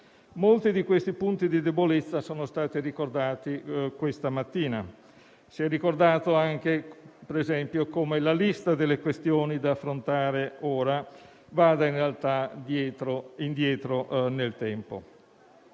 Molti di questi punti di debolezza sono stati ricordati questa mattina. Si è ricordato anche, per esempio, come la lista delle questioni da affrontare ora vada in realtà indietro nel tempo.